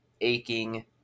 aching